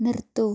നിർത്തൂ